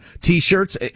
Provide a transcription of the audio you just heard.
T-shirts